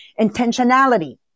intentionality